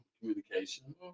communication